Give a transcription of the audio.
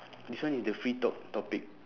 this one is the free top~ topic